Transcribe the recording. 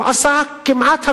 הוא עשה כמעט הכול,